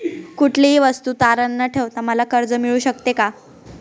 कुठलीही वस्तू तारण न ठेवता मला कर्ज मिळू शकते का?